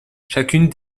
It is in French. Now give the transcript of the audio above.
chacune